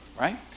right